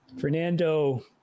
Fernando